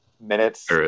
minutes